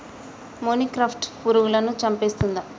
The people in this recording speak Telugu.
మొనిక్రప్టస్ పురుగులను చంపేస్తుందా?